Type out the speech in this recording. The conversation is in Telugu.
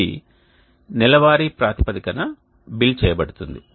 ఇది నెలవారీ ప్రాతిపదికన బిల్లు చేయబడుతుంది